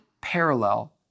parallel